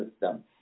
system